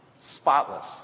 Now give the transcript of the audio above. Spotless